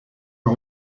par